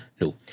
No